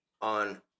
on